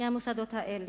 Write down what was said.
מהמוסדות האלה.